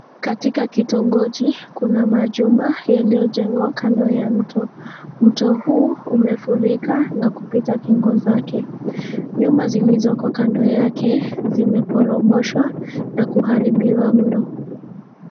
Katika kitongoji, kuna majumba yaliyojengwa kando ya mto. Mto huu umefurika na kupita kingo zake. Nyumba zilizoko kando yake zimeporomoshwa, na kuharibiwa mno.